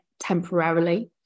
temporarily